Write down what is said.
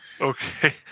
Okay